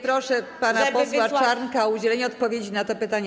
Proszę pana posła Czarnka o udzielenie odpowiedzi na to pytanie.